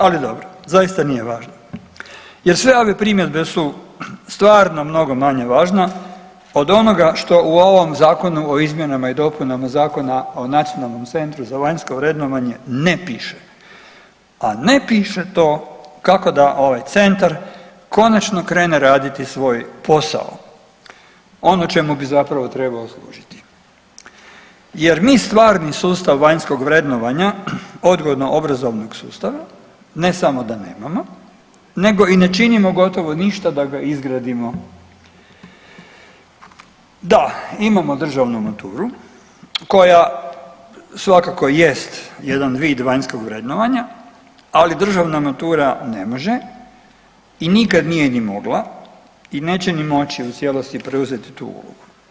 Ali dobro, zaista nije važno jer sve ove primjedbe su stvarno mnogo manje važne od onoga što u ovom zakonu o izmjenama i dopunama Zakona o nacionalnom centru za vanjsko vrednovanje ne piše, a ne piše to kako da ovaj centar konačno krene raditi svoj posao, ono čemu bi zapravo trebao služiti jer mi stvarni sustav vanjskog vrednovanja odgojno obrazovnog sustava ne samo da nemamo nego i ne činimo gotovo ništa da ga izgradimo da imamo državnu maturu koja svakako jest jedan vid vanjskog vrednovanja, ali državna matura ne može i nikad nije ni mogla i neće ni moći u cijelosti preuzeti tu ulogu.